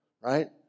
Right